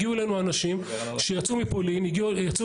הגיעו אלינו אנשים שיצאו מאוקראינה,